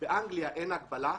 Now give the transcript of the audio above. באנגליה אין הגבלה,